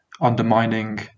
undermining